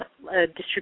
distribution